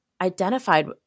identified